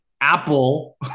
Apple